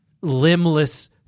limbless